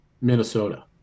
Minnesota